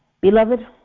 Beloved